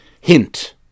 Hint